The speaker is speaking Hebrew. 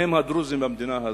הדרוזים במדינה הזו,